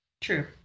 True